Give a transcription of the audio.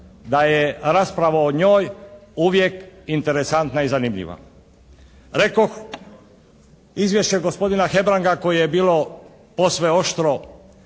da je rasprava o njoj uvijek interesantna i zanimljiva. Rekoh izvješće gospodina Hebranga koje je bilo posve oštro